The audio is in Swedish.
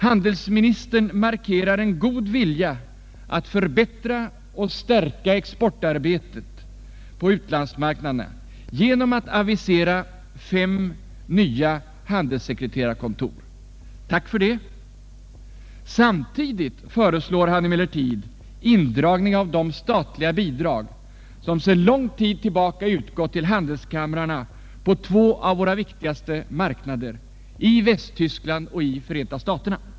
Handelsministern markerar en god vilja att förbättra och stärka exportarbetet på utlandsmarknaderna genom att avisera fem nya handelssekreterarkontor. Tack för det! Samtidigt föreslår han emellertid indragning av de statliga bidrag som sedan lång tid tillbaka utgått till handelskamrarna på två av våra viktigaste marknader - i Västtyskland och Förenta staterna.